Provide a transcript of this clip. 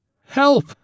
Help